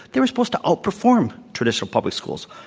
they were supposed to outperform traditional public schools.